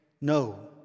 No